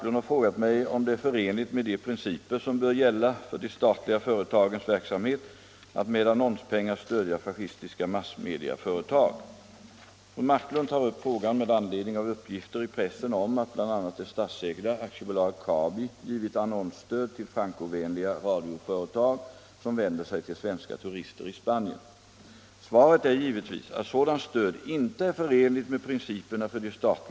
Enligt uppgifter i pressen ger ett av statsföretagen, AB Kabi, annonsstöd till de Francovänliga radioföretag som sänder ”Sveriges turistradio” på Mallorca och Kanarieöarna. I Kabis broschyr Hälsoråd till utlandsresenärer ägnas två av tio sidor åt reklam för dessa turistradiostationer. Detta är stöd till det fascistiska propagandamaskineriet.